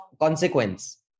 consequence